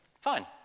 Fine